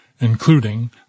including